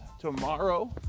tomorrow